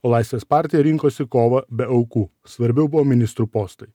laisvės partija rinkosi kovą be aukų svarbiau buvo ministrų postai